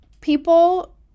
People